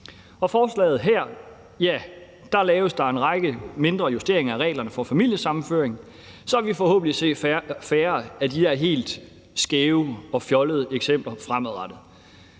Med forslaget her laves der en række mindre justeringer af reglerne for familiesammenføring, så vi forhåbentlig ser færre af de her helt skæve og fjollede eksempler fremadrettet.